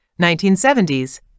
1970s